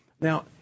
Now